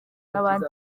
n’abandi